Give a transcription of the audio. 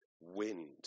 wind